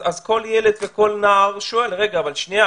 אז כל ילד וכל נער שואל: שנייה,